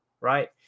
right